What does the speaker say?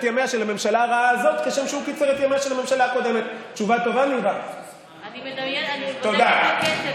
ימיה של הממשלה הנוראית שהייתה פה עד לפני זמן קצר,